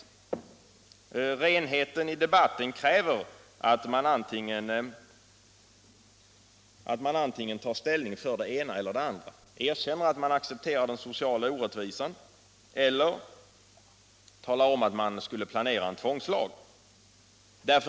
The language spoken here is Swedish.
Renheten i debatten kräver att socialdemokraterna tar ställning för det ena eller det andra.